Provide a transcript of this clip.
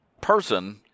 person